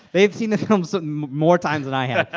they've seen the film so more times than i have.